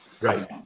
right